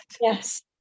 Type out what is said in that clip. yes